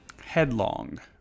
Headlong